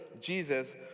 Jesus